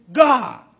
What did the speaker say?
God